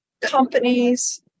companies